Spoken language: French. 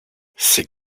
c’est